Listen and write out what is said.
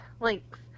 Links